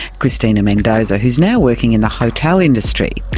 christina mendoza, who's now working in the hotel industry.